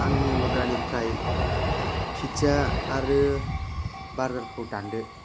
आंनि अरदारनिफ्राय पिज्जा आरो बारगारखौ दानदो